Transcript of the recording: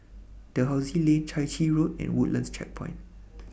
Dalhousie Lane Chai Chee Road and Woodlands Checkpoint